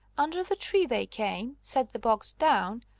under the tree they came, set the box down,